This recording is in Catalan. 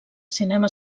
cinema